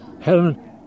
Helen